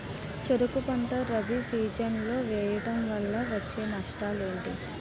చెరుకు పంట రబీ సీజన్ లో వేయటం వల్ల వచ్చే నష్టాలు ఏంటి?